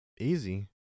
Easy